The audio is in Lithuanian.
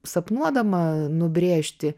sapnuodama nubrėžti